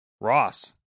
Ross